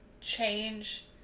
change